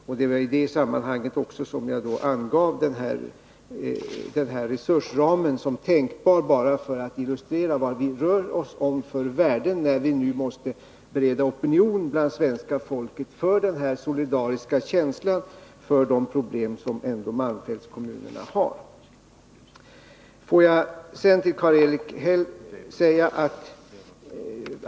Det var också i det sammanhanget som jag angav en resursram som tänkbar — för att illustrera vad vi rör oss med för värden när vi nu måste förbereda opinionen bland svenska folket för en känsla av solidaritet inför de problem som ändå malmfältskommunerna har. Får jag sedan säga några ord till Karl-Erik Häll.